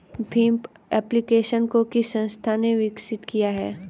Bhim application को किस संस्था ने विकसित किया है?